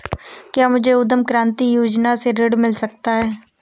क्या मुझे उद्यम क्रांति योजना से ऋण मिल सकता है?